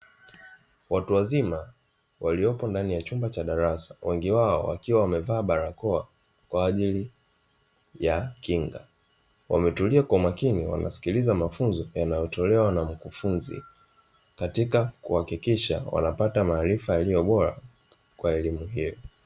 Watu wazima waliopo ndani ya chumba cha darasa, wengi wao wakiwa wamevaa barakoa kwa ajili ya kinga, wametulia kwa makini wakisikiliza mafunzo yanayotolewa na mkufunzi katika kuhakikisha wanapata maarifa bora kwa elimu hiyo.